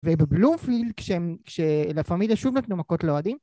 ובבלומפילד כשהם.. כשלה פמיליה שוב נתנו מכות לאוהדים